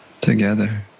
together